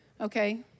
Okay